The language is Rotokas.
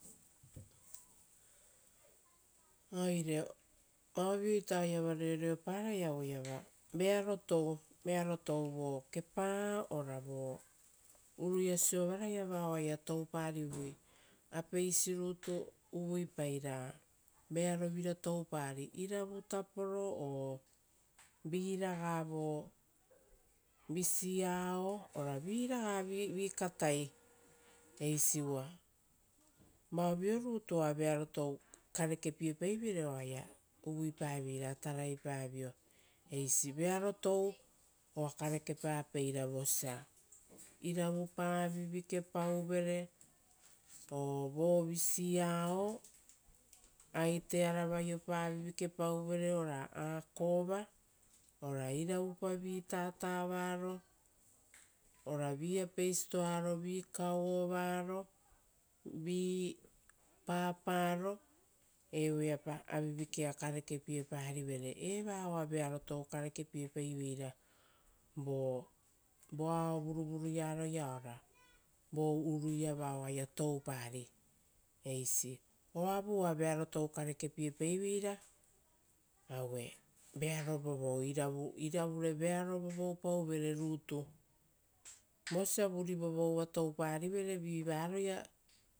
Vao oiava reoreoparai aue vearo tou vo kepa ora vo urui siovaia vao oaia toupari, apeisi rutu uvuipai ra vearovira iravutaporo vi raga ora visi aao ora viraga vi katai eisi uva, vaovio rutu oaia vearo tou karepiepaivere oaia uvuipaviei ra taraipavio. Vearo tou oa karekepapeira vosia iravupa avivikepauvere o visi ao, aiteara vaiopa avivikepauvere ora akova ora iriavupa vi tatava varo, ora vi apeisi toaro vi kauo varo, vi paparo, evoeapa avivikea karekepieparivere. Eva oa vearo tou karekepiepaiveira vo visi ao vuruvuruia ro ia vo uruia vao oaia toupari eisi. Ovau oa vearo tou karekepiepaiveira aue, vearo vovou, iravure vearo vovoupauvere rutu, vosia vuri vovouva touparivere